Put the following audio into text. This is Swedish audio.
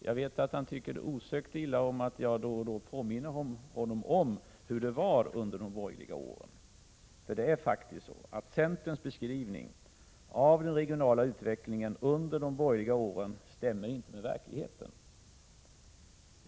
Jag vet att han tycker osökt illa om att jag då och då påminner honom om hur det var under de borgerliga åren, men det är faktiskt så, att centerns beskrivningar av den regionala utvecklingen under de borgerliga åren inte stämmer med verkligheten.